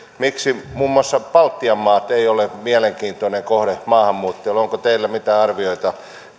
miksi muun muassa baltian maat eivät ole mielenkiintoinen kohde maahanmuuttajille onko teillä mitään arvioita